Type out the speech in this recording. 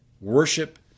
Worship